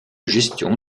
gestion